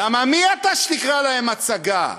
למה מי אתה שתקרא להם הצגה?